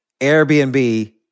Airbnb